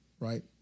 right